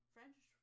French